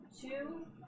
Two